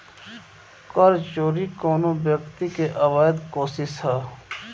कर चोरी कवनो व्यक्ति के अवैध कोशिस ह